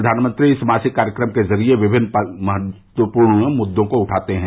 प्रधानमंत्री इस मासिक कार्यक्रम के जरिये विभिन्न महत्वपूर्ण मुद्दों को उठाते हैं